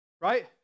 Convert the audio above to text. Right